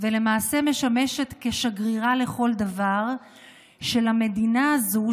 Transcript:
ולמעשה משמשת כשגרירה לכל דבר של המדינה הזו,